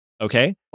Okay